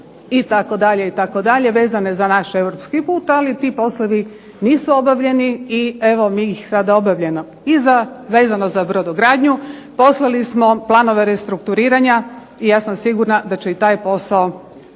imamo iz SSP-a itd. vezane za naš europski put, ali ti poslovi nisu obavljeni i evo mi ih sada obavljamo. I vezano za brodogradnju poslali smo planove restrukturiranja i ja sam sigurna da će taj posao